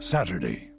Saturday